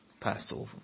Passover